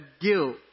guilt